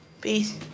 Peace